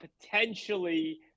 potentially